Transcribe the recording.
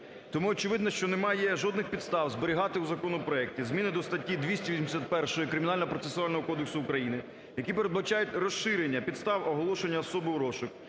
Тому очевидно, що немає жодних підстав зберігати в законопроекті зміни до статті 281 Кримінально-процесуального кодексу України, які передбачають розширення підстав оголошення особи в розшук,